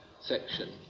section